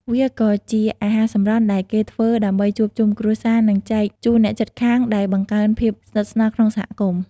វាក៏ជាអាហារសម្រន់ដែលគេធ្វើដើម្បីជួបជុំគ្រួសារ និងចែកជូនអ្នកជិតខាង ដែលបង្កើនភាពស្និទ្ធស្នាលក្នុងសហគមន៍។